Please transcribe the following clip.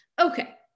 Okay